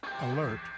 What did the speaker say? Alert